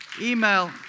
email